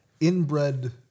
inbred